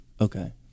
Okay